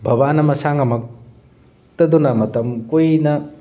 ꯕꯥꯕꯥꯅ ꯃꯁꯥ ꯉꯝꯃꯛꯇꯗꯅ ꯃꯇꯝ ꯀꯨꯏꯅ